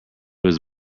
was